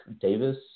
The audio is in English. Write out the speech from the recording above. Davis